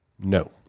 No